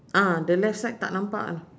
ah the left side tak nampak lah